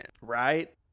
Right